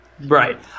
Right